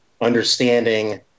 understanding